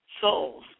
souls